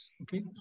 Okay